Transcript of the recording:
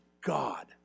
God